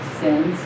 sins